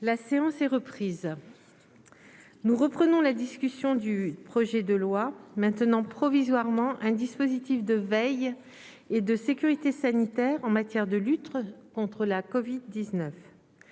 La séance est reprise, nous reprenons la discussion du projet de loi maintenant provisoirement un dispositif de veille et de sécurité sanitaire en matière de lutte contre la Covid 19